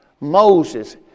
Moses